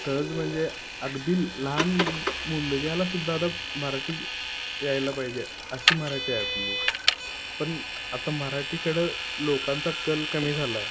सहज म्हणजे अगदी लहान मुलग्याला सुद्धा आता मराठी यायला पाहिजे अशी मराठी आहे आपली पण आता मराठीकडं लोकांचा कल कमी झाला आहे